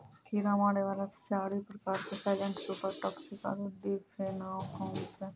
कीड़ा मारै वाला चारि प्रकार के साइलेंट सुपर टॉक्सिक आरु डिफेनाकौम छै